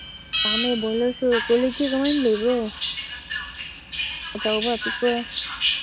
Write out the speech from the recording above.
ꯌꯥꯝꯃꯦ ꯕꯣꯏꯂꯔꯁꯨ ꯀ꯭ꯋꯥꯂꯤꯛꯇꯤ ꯂꯣꯏꯅ ꯂꯩꯕ꯭ꯔꯣ ꯑꯆꯧꯕ ꯑꯄꯤꯛꯄ